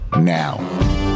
now